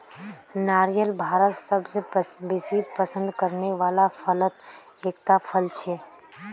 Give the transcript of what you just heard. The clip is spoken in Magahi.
नारियल भारतत सबस बेसी पसंद करने वाला फलत एकता फल छिके